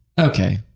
okay